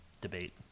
debate